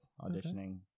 auditioning